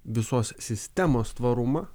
visos sistemos tvarumą